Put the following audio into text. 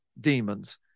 demons